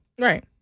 Right